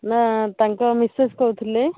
ନାଁ ତାଙ୍କ ମିସେସ୍ କହୁଥିଲେ